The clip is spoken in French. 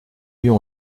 mieux